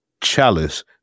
chalice